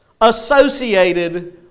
associated